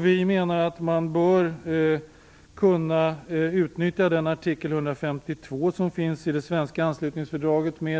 Vi menar att man bör kunna utnyttja artikel 152 i det svenska fördraget om anslutning